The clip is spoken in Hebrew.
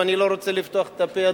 ואני לא רוצה לפתוח את הפה,